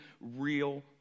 real